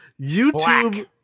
YouTube